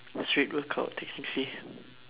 straight workout technically